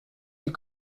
elle